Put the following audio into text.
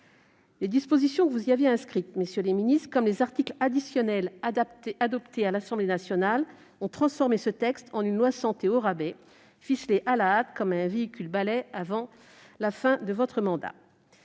Les dispositions que vous y avez inscrites, messieurs les ministres, comme les articles additionnels adoptés à l'Assemblée nationale ont transformé ce texte en une loi de santé au rabais, ficelée à la hâte avant la fin de votre mandat,